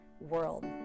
world